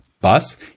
bus